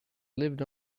lived